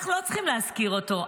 אנחנו לא צריכים להזכיר אותו,